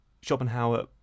Schopenhauer